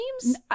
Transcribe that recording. teams